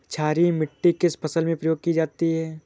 क्षारीय मिट्टी किस फसल में प्रयोग की जाती है?